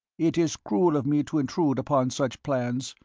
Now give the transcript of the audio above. it is cruel of me to intrude upon such plans,